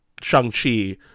Shang-Chi